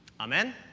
Amen